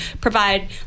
provide